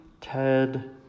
Ted